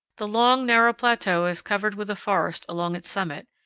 the long, narrow plateau is covered with a forest along its summit,